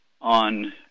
on